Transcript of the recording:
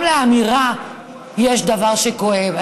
גם לאמירה יש דבר שכואב.